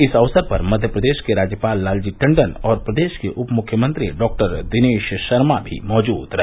इस अवसर पर मध्य प्रदेश के राज्यपाल लालजी टंडन और प्रदेश के उप मुख्यमंत्री डॉक्टर दिनेश शर्मा भी मौजूद रहे